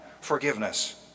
forgiveness